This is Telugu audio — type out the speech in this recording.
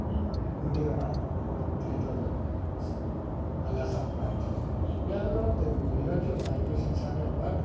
ఊటీ పోవాలి ఓ త్రీ థౌజండ్ ప్యాకేజ్ అలా సంపాదించచ్చు మేబీ వాళ్ళు దేర్ మిగలచ్చు five to six hundred but